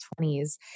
20s